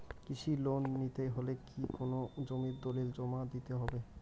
কৃষি লোন নিতে হলে কি কোনো জমির দলিল জমা দিতে হবে?